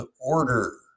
Order